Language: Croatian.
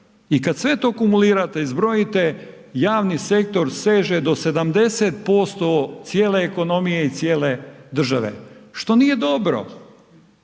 i kad sve to akumulirate i zbrojite, javni sektor seže do 70% cijele ekonomije i cijele države što nije dobro.